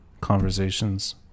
conversations